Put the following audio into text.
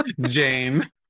Jane